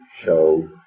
show